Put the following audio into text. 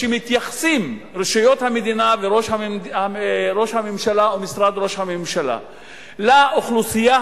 כשרשויות המדינה וראש הממשלה ומשרד ראש הממשלה מתייחסים לאוכלוסייה